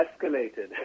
escalated